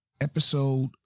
episode